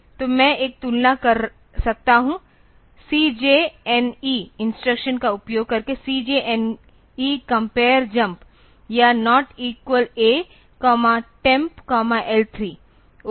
तो मैं एक तुलना कर सकता हूं CJNE इंस्ट्रक्शन का उपयोग करके CJNE कम्पयेर जम्प या Not Equal AtempL3ओके